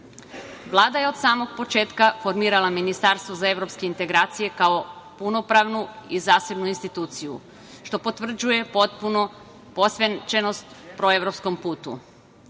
je od samog početka formirala Ministarstvo za evropske integracije, kao punopravnu i zasebnu instituciju, što potvrđuje potpunu posvećenost proevropskom